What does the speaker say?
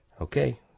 Okay